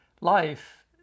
Life